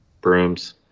Brooms